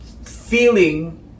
Feeling